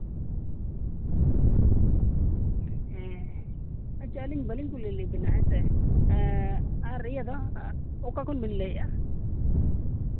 ᱦᱮᱸ ᱟᱨ ᱟᱪᱪᱷᱟ ᱟᱹᱞᱤᱧ ᱵᱟᱹᱞᱤᱧ ᱠᱩᱞᱤ ᱞᱮᱫ ᱵᱤᱱᱟ ᱦᱮᱸᱥᱮ ᱟᱨ ᱤᱭᱟᱹ ᱫᱚ ᱚᱠᱟ ᱠᱷᱚᱱ ᱵᱤᱱ ᱞᱟᱹᱭᱮᱫᱼᱟ